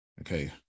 Okay